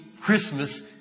Christmas